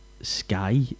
Sky